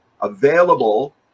available